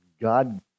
God